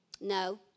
No